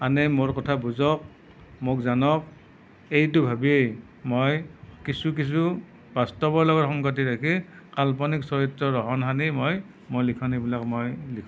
আনে মোৰ কথা বুজক মোক জানক সেইটো ভাবিয়েই মই কিছু কিছু বাস্তৱৰ লগত সংগতি ৰাখি কাল্পনিক চৰিত্ৰৰ ৰহণ সানি মই মই লিখনিবিলাক মই লিখোঁ